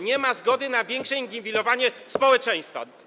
Nie ma zgody na większe inwigilowanie społeczeństwa.